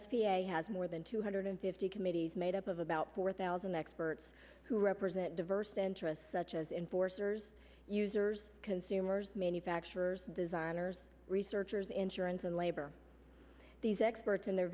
a has more than two hundred fifty committees made up of about four thousand experts who represent diverse interests such as enforcers users consumers manufacturers designers researchers insurance and labor these experts in their